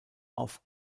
auf